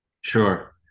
Sure